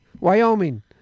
Wyoming